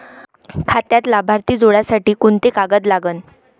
खात्यात लाभार्थी जोडासाठी कोंते कागद लागन?